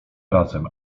razem